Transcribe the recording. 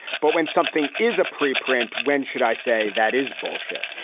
but when something is a preprint, when should i say that is bullshit?